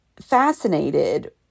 fascinated